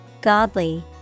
Godly